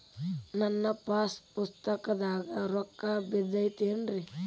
ನನ್ನ ಪಾಸ್ ಪುಸ್ತಕದಾಗ ರೊಕ್ಕ ಬಿದ್ದೈತೇನ್ರಿ?